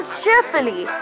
cheerfully